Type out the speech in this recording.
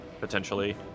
potentially